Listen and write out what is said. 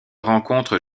rencontre